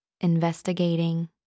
investigating